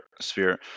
sphere